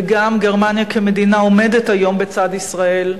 וגם גרמניה כמדינה עומדת היום בצד ישראל,